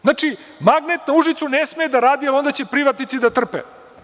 Znači, magnetna u Užicu ne sme da radi, jer onda će privatnici da trpe.